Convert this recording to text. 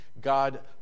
God